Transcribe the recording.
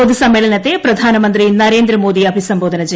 പൊതുസമ്മേളനത്തെ പ്രധാനമന്ത്രി നരേന്ദ്രമോദി അഭിസംബോധന ചെയ്യും